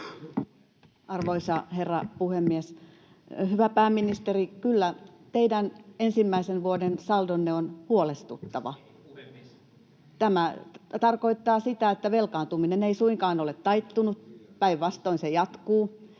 Arvoisa herra puhemies! Hyvä pääministeri, kyllä, teidän ensimmäisen vuoden saldonne on huolestuttava. Tämä tarkoittaa sitä, että velkaantuminen ei suinkaan ole taittunut, päinvastoin se jatkuu.